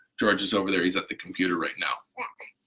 george is over there he's at the computer right now.